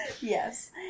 Yes